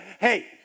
hey